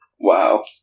Wow